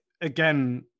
Again